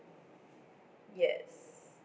yes